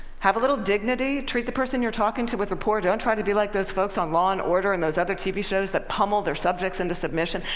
have a little dignity, treat the person you're talking to with rapport. don't try to be like those folks on law and order and those other tv shows that pummel their subjects into submission.